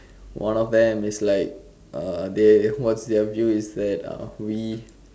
one of them is like uh they what's their view is that uh we